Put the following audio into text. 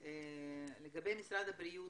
לגבי משרד הבריאות,